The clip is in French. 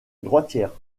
droitière